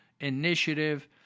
Initiative